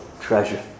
treasure